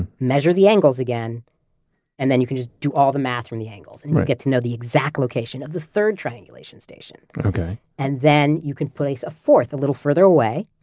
measure the angles again and then you can just do all the math from the angles and you get to know the exact location of the third triangulation station. and then you can place a fourth a little further away.